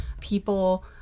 people